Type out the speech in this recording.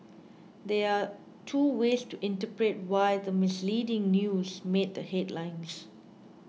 there are two ways to interpret why the misleading news he made the headlines